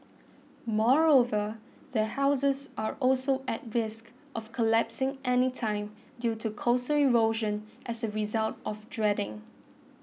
moreover their houses are also at risk of collapsing anytime due to coastal erosion as a result of dredging